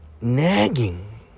Nagging